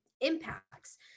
impacts